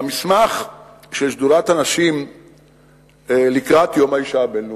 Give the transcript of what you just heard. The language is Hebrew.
במסמך של שדולת הנשים לקראת יום האשה הבין-לאומי,